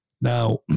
Now